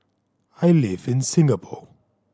I live in Singapore